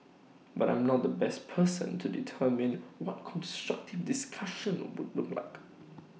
but I am not the best person to determine what constructive discussion would look like